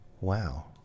Wow